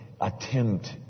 attempt